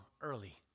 early